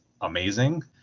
amazing